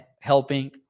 helping